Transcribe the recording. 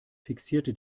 fixierte